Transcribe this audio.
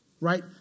right